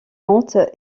lente